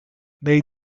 nei